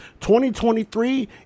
2023